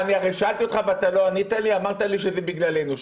הרי שאלתי אותך ולא ענית לי, אמרת לי שזה בגללנו.